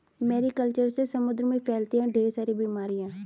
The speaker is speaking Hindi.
मैरी कल्चर से समुद्र में फैलती है ढेर सारी बीमारियां